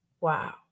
Wow